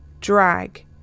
drag